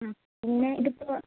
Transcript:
ആ അങ്ങനെ ഇതിപ്പോൾ